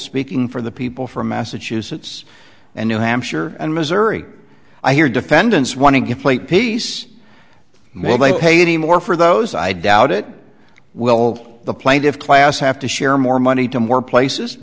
speaking for the people from massachusetts and new hampshire and missouri i hear defendants wanting to play peace while they pay any more for those i doubt it will hold the plaintiffs class have to share more money to more places